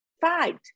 fight